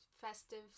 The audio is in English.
festive